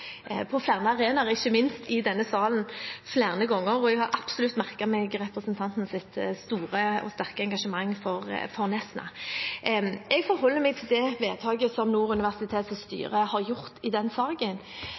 på flere arenaer, ikke minst i denne salen flere ganger, og jeg har absolutt merket meg representantens store og sterke engasjement for Nesna. Jeg forholder meg til det vedtaket som Nord universitets styre har gjort i denne saken,